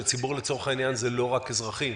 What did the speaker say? וציבור לצורך העניין זה לא רק אזרחים